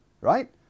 right